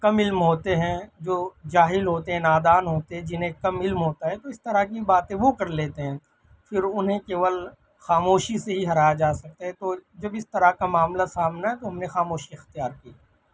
کم علم ہوتے ہیں جو جاہل ہوتے ہیں نادان ہوتے ہیں جنہیں کم علم ہوتا ہے تو اس طرح کی باتیں وہ کر لیتے ہیں پھر انہیں کیول خاموشی سے ہی ہرایا جا سکتا ہے تو جب اس طرح کا معاملہ سامنے آیا تو ہم نے خاموشی اختیار کی